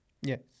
Yes